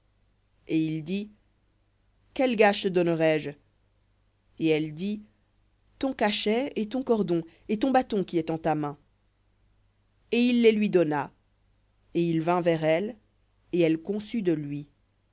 et il dit quel gage te donnerai-je et elle dit ton cachet et ton cordon et ton bâton qui est en ta main et il lui donna et il vint vers elle et elle conçut de lui